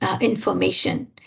information